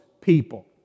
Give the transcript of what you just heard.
people